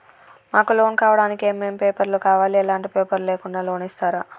మాకు లోన్ కావడానికి ఏమేం పేపర్లు కావాలి ఎలాంటి పేపర్లు లేకుండా లోన్ ఇస్తరా?